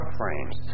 frames